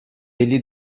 elli